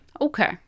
Okay